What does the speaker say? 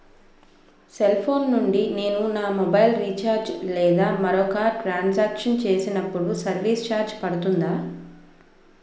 Cell phone నుండి నేను నా మొబైల్ రీఛార్జ్ లేదా మరొక ట్రాన్ సాంక్షన్ చేసినప్పుడు సర్విస్ ఛార్జ్ పడుతుందా?